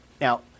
Now